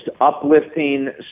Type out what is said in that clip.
uplifting